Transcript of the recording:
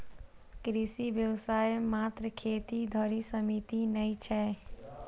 कृषि व्यवसाय मात्र खेती धरि सीमित नै छै